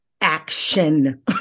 action